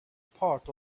part